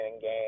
game